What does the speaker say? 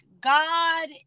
God